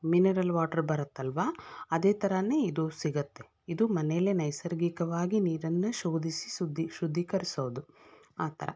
mineral water ಬರುತ್ತಲ್ವ ಅದೇ ಥರಾನೆ ಇದು ಸಿಗುತ್ತೆ ಇದು ಮನೆಯಲ್ಲೇ ನೈಸರ್ಗಿಕವಾಗಿ ನೀರನ್ನು ಶೋಧಿಸಿ ಶುದ್ದಿ ಶುದ್ದೀಕರಿಸೋದು ಆ ಥರ